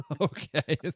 Okay